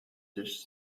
dish